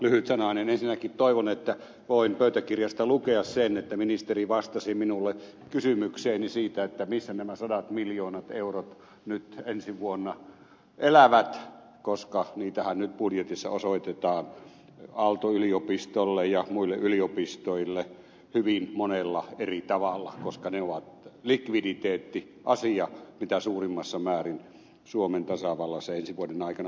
ensinnäkin toivon että voin pöytäkirjasta lukea sen että ministeri vastasi minulle kysymykseeni siitä missä nämä sadat miljoonat eurot ensi vuonna elävät koska niitähän nyt budjetissa osoitetaan aalto yliopistolle ja muille yliopistoille hyvin monella eri tavalla koska ne ovat likviditeettiasia mitä suurimmassa määrin suomen tasavallassa ensi vuoden aikana